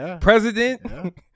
president